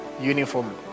uniform